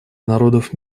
народов